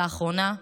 לאחרונה,